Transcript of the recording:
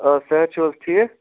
آ صحت چھُو حظ ٹھیٖک